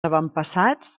avantpassats